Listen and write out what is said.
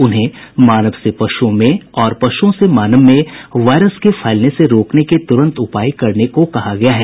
उन्हें मानव से पशुओं में और पशुओं से मानव में वायरस को फैलने से रोकने के त्रंत उपाय करने को कहा गया है